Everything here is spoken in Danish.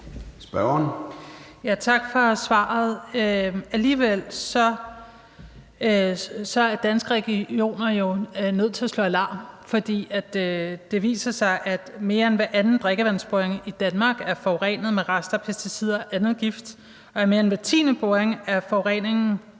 (ALT): Tak for svaret. Alligevel er Danske Regioner jo nødt til at slå alarm, fordi det viser sig, at mere end hver anden drikkevandsboring i Danmark er forurenet med rester fra pesticider og andet gift, og at i mere end hver tiende boring er forureningen